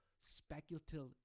speculative